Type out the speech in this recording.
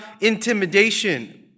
intimidation